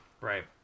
right